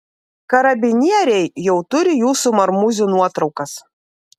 karabinieriai jau turi jūsų marmūzių nuotraukas